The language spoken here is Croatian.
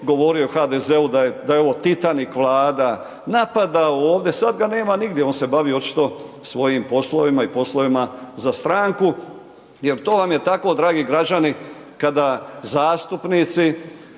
govorio HDZ-u, da je ovo Titanik vlada, napadao ovdje, sada ga nema nigdje, on se bavi očito svojim poslovima i poslovima za stranku. Jer to vam je tako dragi građani, kada zastupnici,